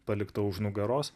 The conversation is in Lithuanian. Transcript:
palikta už nugaros